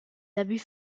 abus